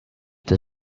the